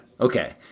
okay